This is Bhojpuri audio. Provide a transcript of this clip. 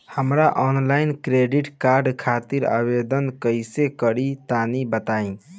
हम आनलाइन क्रेडिट कार्ड खातिर आवेदन कइसे करि तनि बताई?